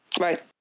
Right